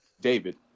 David